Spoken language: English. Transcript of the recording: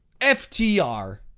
FTR